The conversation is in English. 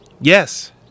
Yes